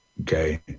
okay